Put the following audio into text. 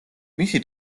მისი